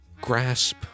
grasp